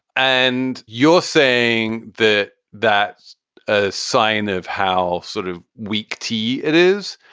and you're saying that that's a sign of how sort of weak tea it is.